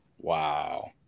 Wow